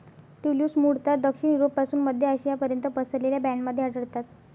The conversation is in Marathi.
ट्यूलिप्स मूळतः दक्षिण युरोपपासून मध्य आशियापर्यंत पसरलेल्या बँडमध्ये आढळतात